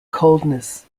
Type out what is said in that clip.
coldness